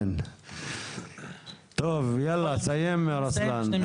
טוב, תסיים רוסלן.